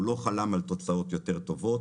הוא לא חלם על תוצאות יותר טובות.